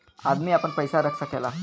अदमी आपन पइसा रख सकेला